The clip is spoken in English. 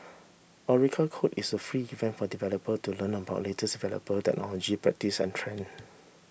Oracle Code is a free event for developer to learn about latest developer technologies practices and trend